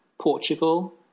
Portugal